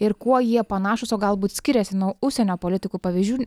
ir kuo jie panašūs o galbūt skiriasi nuo užsienio politikų pavyzdžių